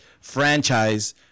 franchise